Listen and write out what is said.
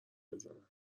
بزنم